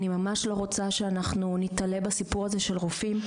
אני ממש לא רוצה שאנחנו נתלה בסיפור הזה של רופאים.